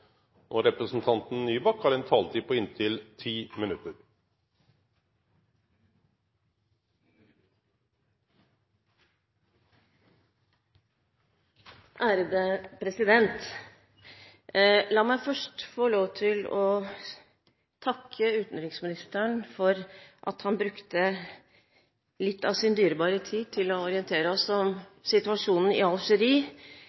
og for øvrig si at svaret på spørsmålet er ja. Replikkordskiftet er over. La meg først få lov til å takke utenriksministeren for at han brukte litt av sin dyrebare tid til å orientere oss